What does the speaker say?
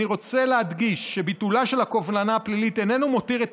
אני רוצה להדגיש שביטולה של הקובלנה הפלילית איננו מותיר את